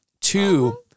two